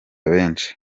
benshi